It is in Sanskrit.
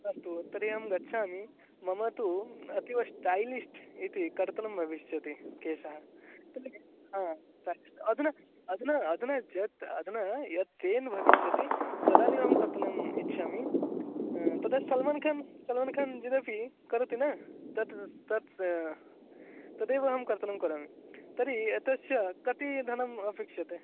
अस्तु तर्हि अहं गच्छामि मम तु अतीव स्टैलिश्ट् इति कर्तनं भविष्यति केशः तत् फ़्या अधुना अधुना अधुना यत् अधुना यत् तेन भविष्यति तदानीमहं कर्तनम् इच्छामि तदा सल्मन् खान् सल्मन् खान् यदपि करोति न तत् तत् तदेव अहं कर्तनं करोमि तर्हि एतस्य कति धनम् अपेक्षते